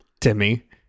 Timmy